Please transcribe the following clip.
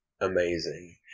amazing